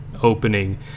opening